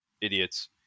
idiots